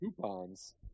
coupons